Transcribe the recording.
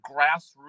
grassroots